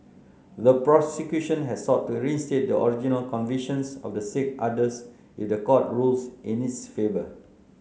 the prosecution has sought to reinstate the original convictions of the six others if the court rules in its favour